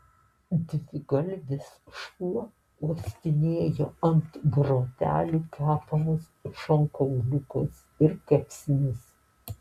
dvigalvis šuo uostinėjo ant grotelių kepamus šonkauliukus ir kepsnius